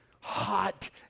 hot